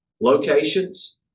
locations